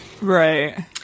Right